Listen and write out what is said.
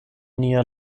nia